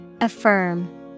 Affirm